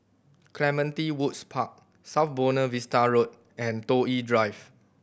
Clementi Woods Park South Buona Vista Road and Toh Yi Drive